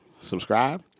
subscribe